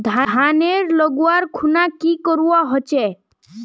धानेर लगवार खुना की करवा होचे?